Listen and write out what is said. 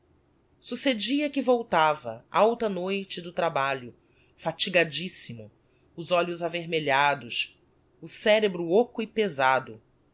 clara succedia que voltava alta noite do trabalho fatigadissimo os olhos avermelhados o cerebro ôco e pesado